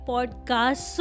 Podcast